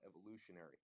evolutionary